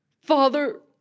Father